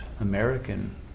American